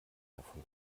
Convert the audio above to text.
davon